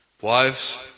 wives